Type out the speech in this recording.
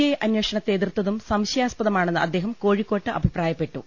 I അന്വേഷണത്തെ എതിർത്തതും സംശയാസ്പദമാണെന്ന് അദ്ദേഹം കോഴിക്കോട്ട് അഭിപ്രായപ്പെട്ടു